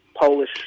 Polish